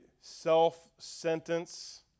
self-sentence